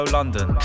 London